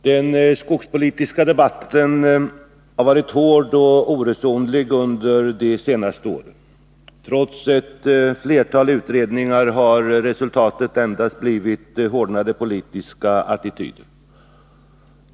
Herr talman! Den skogspolitiska debatten har varit hård och oresonlig under de senaste åren. Trots ett flertal utredningar har resultatet endast blivit hårdnade politiska attityder.